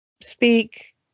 speak